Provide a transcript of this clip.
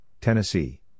Tennessee